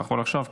אתה יכול עכשיו,